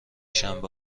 شنبه